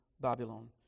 Babylon